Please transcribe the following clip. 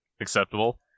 acceptable